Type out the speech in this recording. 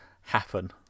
happen